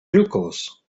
glucose